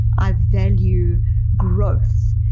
i value growth.